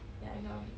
ya I know